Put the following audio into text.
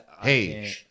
Hey